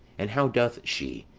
and how doth she!